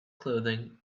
clothing